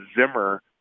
Zimmer